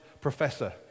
professor